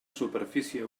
superfície